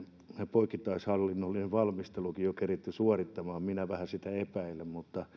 poikittaishallinnollinen valmistelukin keritty suorittamaan minä vähän sitä epäilen